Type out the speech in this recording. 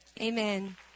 Amen